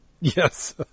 Yes